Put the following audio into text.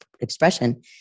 expression